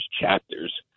chapters